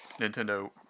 Nintendo